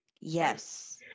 Yes